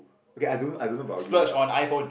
okay I don't I don't know about you lah